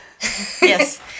Yes